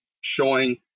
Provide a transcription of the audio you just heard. showing